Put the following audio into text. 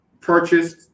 purchased